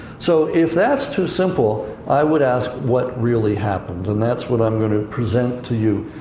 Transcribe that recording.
so, if that's too simple, i would ask, what really happened? and that's what i'm going to present to you.